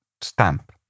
stamp